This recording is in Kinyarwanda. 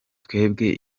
twebwe